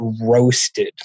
roasted